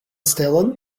stelon